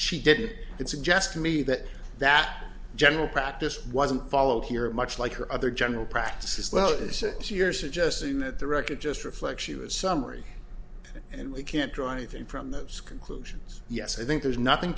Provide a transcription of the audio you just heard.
she did it suggest to me that that general practice wasn't followed here much like her other general practice as well isn't she you're suggesting that the record just reflects you a summary and we can't draw anything from those conclusions yes i think there's nothing